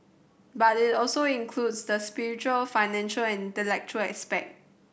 but it also includes the spiritual financial and intellectual aspect